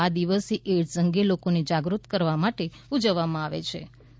આ દિવસ એઇડસ અંગે લોકોને જાગૃત કરવા માટે ઉજવવામાં આવેછે